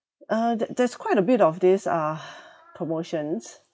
uh the there's quite a bit of this uh promotions